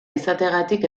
izateagatik